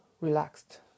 relaxed